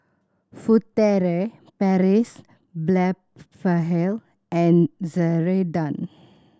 Furtere Paris Blephagel and Ceradan